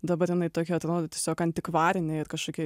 dabar jinai tokia atrodo tiesiog antikvarinė ir kažkokia